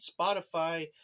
Spotify